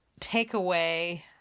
takeaway